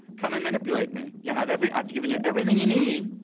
come and manipulate me. you have every. i've given you everything you need.